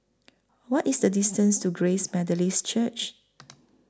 What IS The distance to Grace Methodist Church